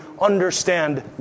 understand